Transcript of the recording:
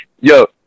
Yo